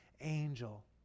angel